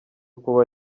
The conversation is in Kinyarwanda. kuba